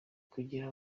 kugira